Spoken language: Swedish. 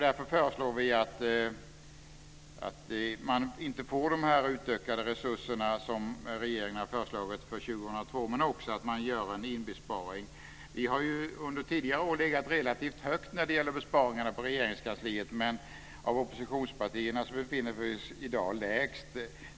Därför föreslår vi att man inte får de utökade resurser som regeringen har föreslagit för 2002, men också att man gör en inbesparing. Vi har under tidigare år legat relativt högt när det gäller besparingarna på Regeringskansliet, men i dag är vi det oppositionsparti som föreslår den lägsta besparingen.